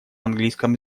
английском